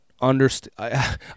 understand